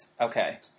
Okay